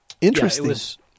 interesting